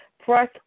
press